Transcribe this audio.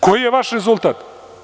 Koji je vaš rezultat?